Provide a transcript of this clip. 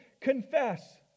confess